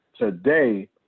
Today